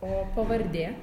o pavardė